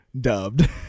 dubbed